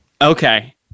Okay